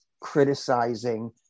criticizing